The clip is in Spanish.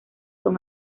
son